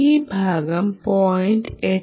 ഈ ഭാഗം 0